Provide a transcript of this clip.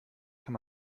kann